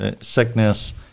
sickness